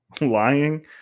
lying